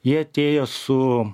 jie atėjo su